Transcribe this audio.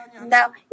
Now